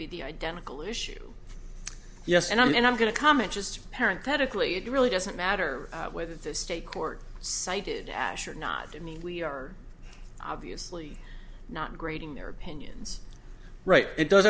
be the identical issue yes and i'm and i'm going to comment just parent thetic lee it really doesn't matter whether the state court cited ash or not i mean we are obviously not grading their opinions right it does